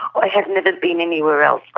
i have never been anywhere else,